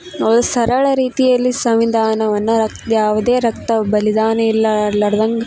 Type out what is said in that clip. ಅವ್ರು ಸರಳ ರೀತಿಯಲ್ಲಿ ಸಂವಿಧಾನವನ್ನ ರ ಯಾವುದೇ ರಕ್ತ ಬಲಿದಾನ ಇಲ್ಲಾರ್ಲಾರ್ದಂಗ